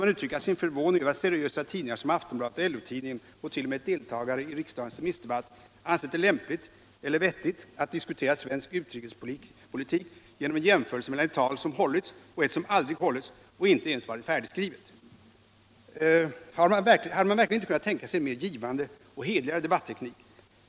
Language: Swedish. man uttrycka en förvåning över att seriösa tidningar som Aftonbladet och LO-tidningen och t.o.m. en deltagare i riksdagens allmänpolitiska debatt ansett det lämpligt — eller vettigt — att diskutera svensk utrikespolitik genom en jämförelse mellan ett tal som hållits och ett som aldrig hållits och inte ens varit färdigskrivet. Hade man verkligen inte kunnat tänka sig en mer givande — och hederligare — debatteknik?